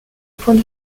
point